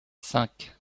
cinq